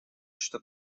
что